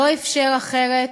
לא אפשר אחרת,